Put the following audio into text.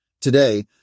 Today